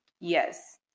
Yes